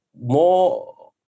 more